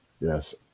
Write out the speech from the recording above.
yes